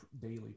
daily